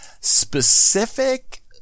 specific